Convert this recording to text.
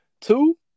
Two